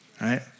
right